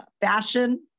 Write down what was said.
fashion